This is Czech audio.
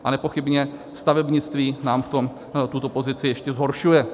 A nepochybně stavebnictví nám v tom tuto pozici ještě zhoršuje.